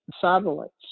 satellites